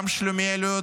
גם שלומיאליות,